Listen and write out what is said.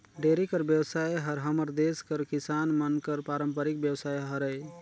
dairy कर बेवसाय हर हमर देस कर किसान मन कर पारंपरिक बेवसाय हरय